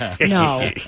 No